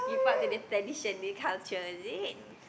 keep up to the tradition new culture is it